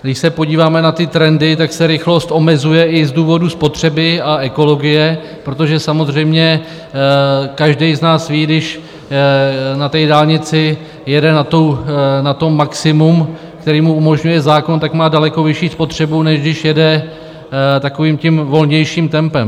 Když se podíváme na trendy, tak se rychlost omezuje i z důvodu spotřeby a ekologie, protože samozřejmě každý z nás ví, když na dálnici jede na maximum, které mu umožňuje zákon, tak má daleko vyšší spotřebu, než když jede takovým tím volnějším tempem.